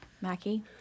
Mackie